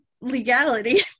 legality